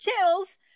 channels